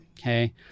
Okay